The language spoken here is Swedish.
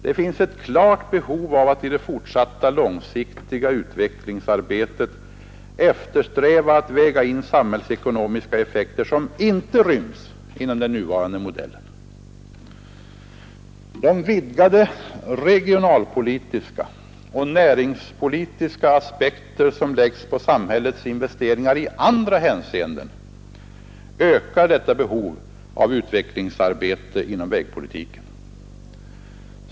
Det finns ett klart behov av att i det fortsatta långsiktiga utvecklingsarbetet eftersträva att väga in samhällsekonomiska effekter som inte ryms inom den nuvarande modellen. De vidgade regionalpolitiska och näringspolitiska aspekter som läggs på samhällets investeringar i andra hänseenden ökar detta behov av utvecklingsarbete inom vägpolitiken.